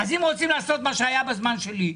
אם אתם רוצים לעשות מה שהיה בזמן שלי,